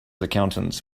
accountants